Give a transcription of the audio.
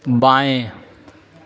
बाएँ